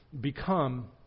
Become